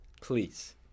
Please